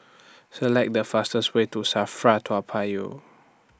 Select The fastest Way to SAFRA Toa Payoh